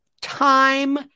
Time